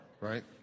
right